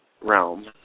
realm